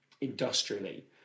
industrially